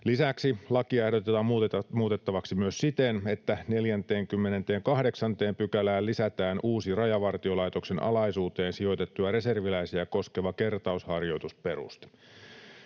Lisäksi lakia ehdotetaan muutettavaksi myös siten, että 48 §:ään lisätään uusi, Rajavartiolaitoksen alaisuuteen sijoitettuja reserviläisiä koskeva kertausharjoitusperuste.